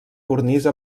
cornisa